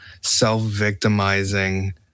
self-victimizing